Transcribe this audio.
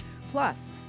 Plus